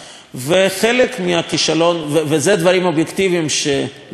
אלה דברים אובייקטיביים שלא תלויים בנו,